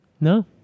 No